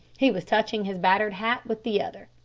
he was touching his battered hat with the other.